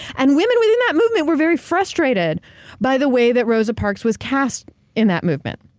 and women within that movement were very frustrated by the way that rosa parks was cast in that movement.